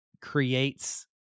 creates